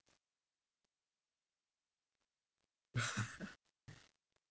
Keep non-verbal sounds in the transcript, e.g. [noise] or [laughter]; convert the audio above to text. [laughs]